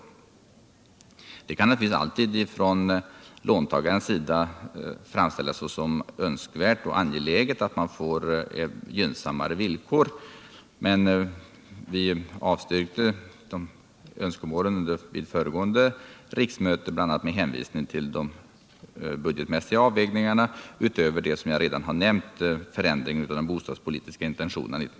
Att man bör få gynnsammare villkor kan naturligtvis alltid av låntagaren framställas såsom önskvärt och angeläget, men vi avslog dessa önskemål vid föregående riksmöte, bl.a. med hänvisning till — utöver det jag redan har nämnt — budgetmässiga avvägningar.